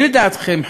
מי לדעתכם,